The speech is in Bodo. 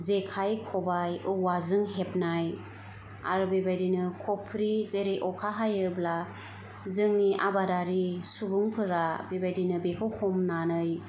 जेखाय खबाय औवाजों हेबनाय आरो बे बायदिनो खफ्रि जेरै अखा हायोब्ला जोंनि आबादारि सुबुंफोरा बेबायदिनो बेखौ हमनानै